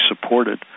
supported